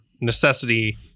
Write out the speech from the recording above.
necessity